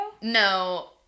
No